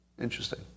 Interesting